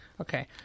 Okay